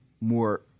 more